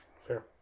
Fair